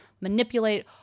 manipulate